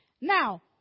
Now